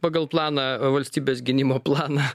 pagal planą valstybės gynimo planą